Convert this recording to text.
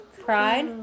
Pride